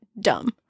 dumb